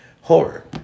horror